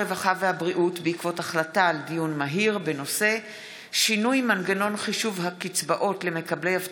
הרווחה והבריאות בעקבות דיון מהיר בהצעתם של חברי הכנסת